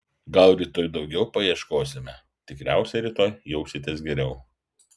gal rytoj daugiau paieškosime tikriausiai rytoj jausitės geriau